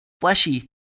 fleshy